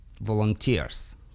volunteers